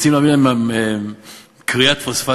רוצים להביא להם כריית פוספטים,